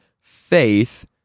faith